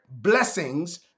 blessings